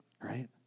Right